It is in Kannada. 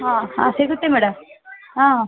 ಹಾಂ ಹಾಂ ಸಿಗುತ್ತೆ ಮೇಡಮ್ ಹಾಂ